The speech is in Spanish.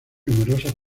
numerosos